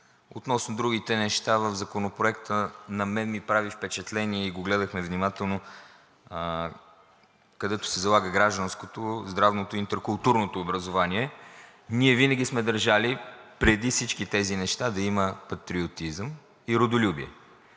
Относно другите неща в Законопроекта, на мен ми прави впечатление и го гледахме внимателно, където се залага гражданското, здравното и интракултурното образование, ние винаги сме държали преди всички тези неща да има патриотизъм и родолюбие